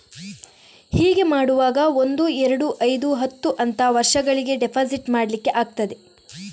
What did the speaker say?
ಹೀಗೆ ಮಾಡುವಾಗ ಒಂದು, ಎರಡು, ಐದು, ಹತ್ತು ಅಂತ ವರ್ಷಗಳಿಗೆ ಡೆಪಾಸಿಟ್ ಮಾಡ್ಲಿಕ್ಕೆ ಆಗ್ತದೆ